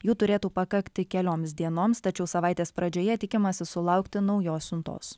jų turėtų pakakti kelioms dienoms tačiau savaitės pradžioje tikimasi sulaukti naujos siuntos